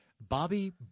Bobby